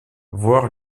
voir